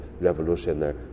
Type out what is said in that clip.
revolutionary